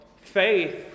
faith